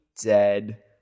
dead